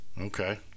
Okay